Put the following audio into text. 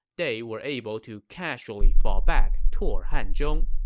they were able to casually fall back toward hanzhong